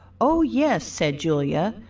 oh, yes, said julia,